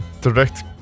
direct